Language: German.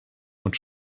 und